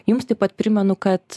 jums taip pat primenu kad